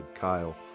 Kyle